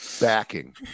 backing